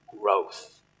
growth